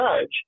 judge